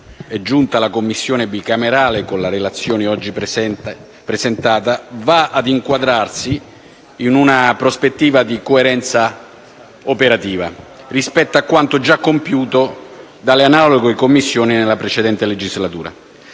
è giunta la Commissione bicamerale, con le relazioni oggi presentate, va ad inquadrarsi in una prospettiva di coerenza operativa, rispetto a quanto già compiuto dall'analoga Commissione nella precedente legislatura.